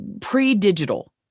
pre-digital